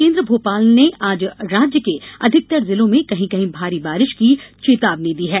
केंद्र भोपाल ने आज राज्य के अधिकतर जिलों में कहीं कहीं भारी बारिश की चेतावनी दी है